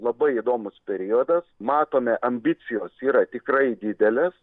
labai įdomus periodas matome ambicijos yra tikrai didelės